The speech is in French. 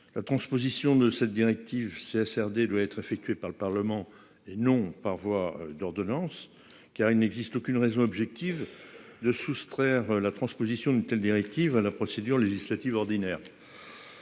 la transposition de cette directive c'est SRD doit être effectuée par le Parlement et non par voie d'ordonnance car il n'existe aucune raison objective de soustraire la transposition d'une telle directive à la procédure législative ordinaire.